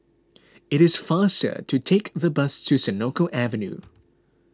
it is faster to take the bus to Senoko Avenue